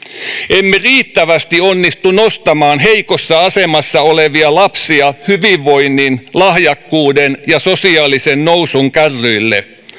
emme riittävästi onnistu nostamaan heikossa asemassa olevia lapsia hyvinvoinnin lahjakkuuden ja sosiaalisen nousun kärryille